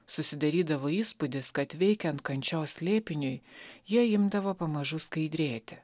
susidarydavo įspūdis kad veikiant kančios slėpiniui jie imdavo pamažu skaidrėti